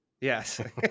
Yes